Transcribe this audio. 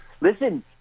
Listen